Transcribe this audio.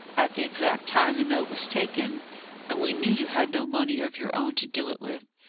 at the exact time the note was taken and we knew you had no money of your own to do it with.